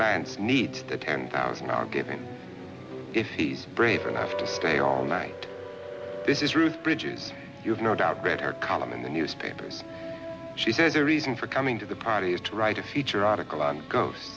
lance needs the ten thousand are given if he's brave enough to stay all night this is ruth bridges you've no doubt read her column in the newspapers she says a reason for coming to the party is to write a feature article on ghost